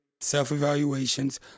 self-evaluations